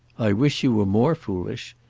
i wish you were more foolish.